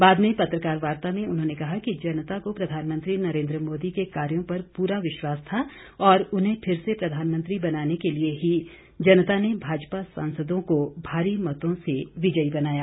बाद में पत्रकार वार्ता में उन्होंने कहा कि जनता को प्रधानमंत्री नरेन्द्र मोदी के कार्यों पर पूरा विश्वास था और उन्हें फिर से प्रधानमंत्री बनाने के लिए ही जनता ने भाजपा सांसदों को भारी मतों से विजयी बनाया